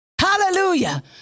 Hallelujah